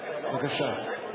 בבקשה.